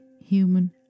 human